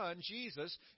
Jesus